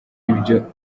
ibyo